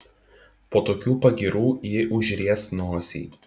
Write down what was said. po tokių pagyrų ji užries nosį